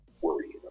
worrying